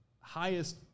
highest